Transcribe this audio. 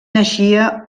naixia